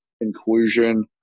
inclusion